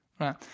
Right